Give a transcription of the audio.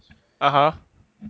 (uh huh)